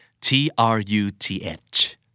T-R-U-T-H